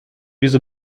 diese